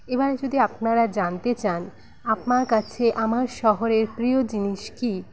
এবারে যদি আপনারা জানতে চান আমার কাছে আমার শহরের প্রিয় জিনিস কি